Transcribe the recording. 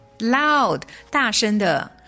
Loud,大声的